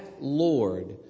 Lord